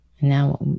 now